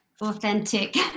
authentic